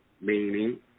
Meaning